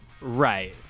Right